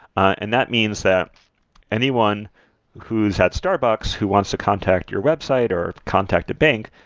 and that means that anyone who's at starbucks who wants to contact your website or contact the bank,